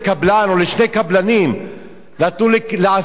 נתנו לעשרות קבלנים וקבלני משנה,